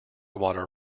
water